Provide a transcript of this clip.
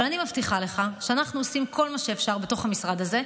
אבל אני מבטיחה לך שאנחנו עושים כל מה שאפשר בתוך המשרד הזה.